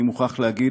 אני מוכרח לומר,